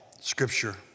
scripture